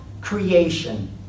creation